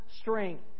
strength